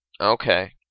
Okay